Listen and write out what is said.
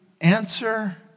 answer